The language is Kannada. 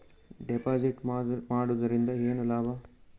ಡೆಪಾಜಿಟ್ ಮಾಡುದರಿಂದ ಏನು ಲಾಭ?